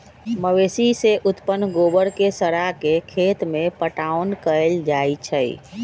मवेशी से उत्पन्न गोबर के सड़ा के खेत में पटाओन कएल जाइ छइ